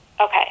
Okay